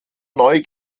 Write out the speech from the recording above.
neu